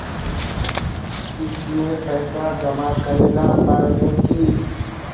इसमें पैसा जमा करेला पर है की?